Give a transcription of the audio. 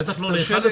בטח גם לא ל-11.